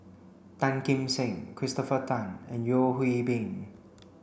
Tan Kim Seng Christopher Tan and Yeo Hwee Bin